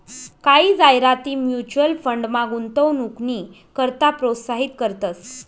कायी जाहिराती म्युच्युअल फंडमा गुंतवणूकनी करता प्रोत्साहित करतंस